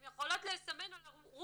הם יכולים לסמן על הרובריקות,